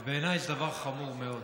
בעיניי זה דבר חמור מאוד,